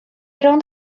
rownd